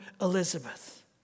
Elizabeth